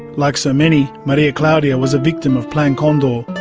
like so many, maria claudia was a victim of plan condor,